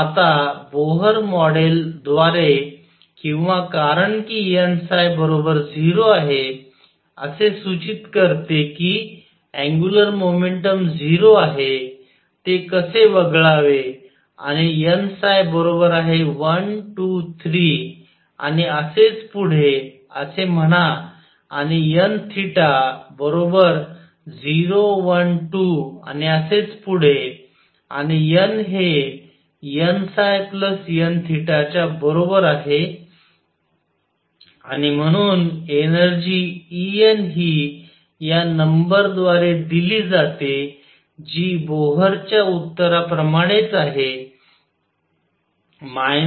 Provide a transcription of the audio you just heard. आता Bohr model द्वारे किंवा कारण कि n 0 असे सूचित करते कि अँग्युलर मोमेंटम 0 आहे ते कसे वगळावे आणि n बरोबर आहे 1 2 3 आणि असेच पुढे असे म्हणा आणिn 0 1 2 आणि असेच पुढे आणि n हे nn च्या बरोबर आहे आणि म्हणून एनर्जी En हि या नंबरद्वारे दिली जाते जी बोहरच्या उत्तराप्रमाणेच आहे 13